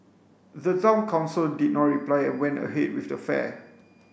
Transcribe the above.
the Town Council did not reply and went ahead with the fair